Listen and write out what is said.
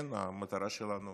כן, המטרה שלנו